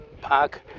park